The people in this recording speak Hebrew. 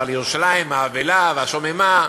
על ירושלים האבלה והשוממה,